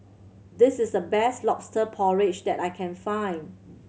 this is the best Lobster Porridge that I can find